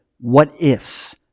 what-ifs